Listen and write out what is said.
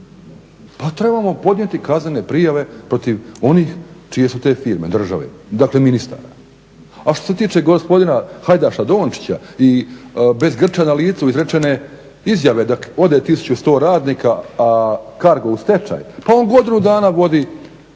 Pa trebamo podnijeti kaznene prijave protiv onih čije su te firme, države, dakle ministara. A što se tiče gospodina Hajdaša-Dončića i bez grča na licu izrečene izjave da ode 1100 radnika, a Cargo u stečaj pa on godinu dana vodi